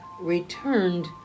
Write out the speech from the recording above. returned